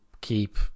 keep